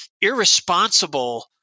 irresponsible